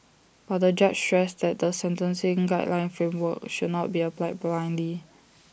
but the judge stressed that the sentencing guideline framework should not be applied blindly